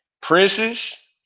princes